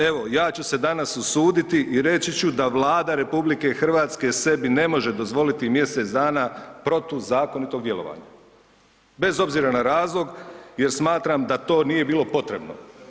Evo, ja ću se danas usuditi i reći ću da Vlada RH sebi ne može dozvoliti mjesec dana protuzakonitog djelovanja bez obzira na razlog jer smatram da to nije bilo potrebno.